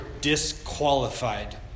disqualified